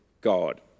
God